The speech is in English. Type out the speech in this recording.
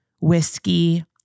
whiskey